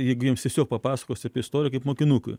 jeigu jiems tiesiog papasakos apie istoriją kaip mokinukui